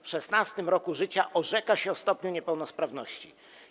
W 16. roku życia orzeka się o stopniu niepełnosprawności.